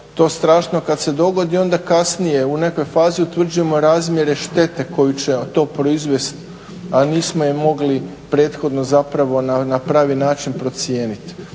to strašno kada se dogodi onda kasnije u nekoj fazi utvrđujemo razmjere štete koju će to proizvesti, a nismo ih mogli prethodno zapravo na pravi način procijeniti.